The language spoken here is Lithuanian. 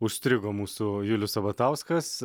užstrigo mūsų julius sabatauskas